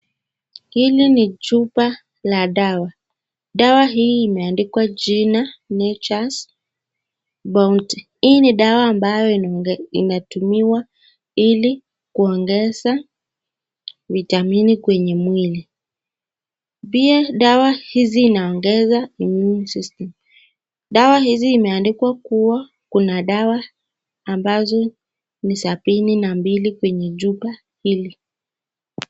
Hili ni chupa la dawa. Dawa hii imeandikwa jina Nature's Bounty. Hii ni dawa ambayo inatumiwa ili kuongeza vitamini kwenye mwili. Pia dawa hizi inaongeza immune system. Dawa hizi imeandikwa kuwa kuna dawa ambazo ni sabini na mbili kwenye chupa hili.